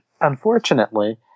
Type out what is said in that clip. unfortunately